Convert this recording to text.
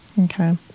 okay